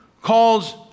calls